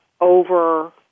over